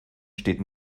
steht